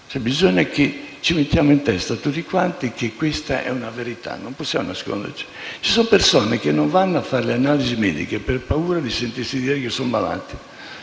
Dobbiamo tutti metterci in testa che questa è una verità. Non possiamo nasconderci. Ci sono persone che non vanno a fare le analisi mediche per paura di sentirsi dire che sono malate.